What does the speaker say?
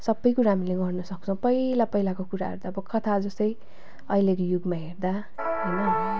सबै कुरा हामीले गर्नसक्छौँ पहिला पहिलाको कुराहरू त अब कथा जस्तै अहिलेको युगमा हेर्दा होइन